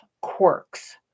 quirks